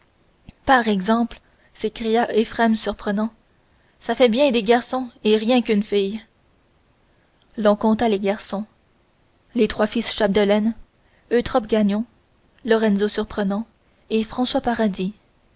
par exemple s'écria éphrem surprenant ça fait bien des garçons et rien qu'une fille lon compta les garçons les trois fils chapdelaine eutrope gagnon lorenzo surprenant et françois paradis